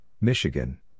Michigan